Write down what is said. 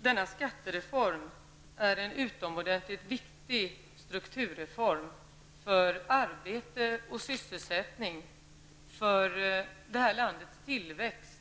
Denna skattereform är en utomordentligt viktig strukturreform när det gäller såväl arbete och sysselsättning som det här landets tillväxt.